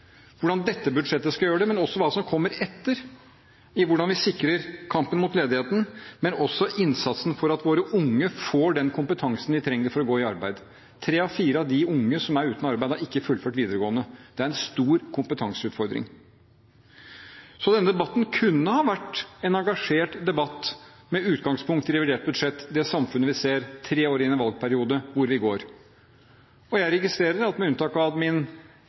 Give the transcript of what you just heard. hvordan dette budsjettet skal gjøre det, men også om hva som kommer etter, hvordan vi sikrer kampen mot ledigheten, men også innsatsen for at våre unge får den kompetansen de trenger for å gå i arbeid. Tre av fire av de unge som er uten arbeid, har ikke fullført videregående. Det er en stor kompetanseutfordring. Denne debatten kunne ha vært en engasjert debatt, med utgangspunkt i revidert budsjett, om det samfunnet vi ser tre år inn i valgperioden – hvor vi går. Jeg registrerer at med unntak av min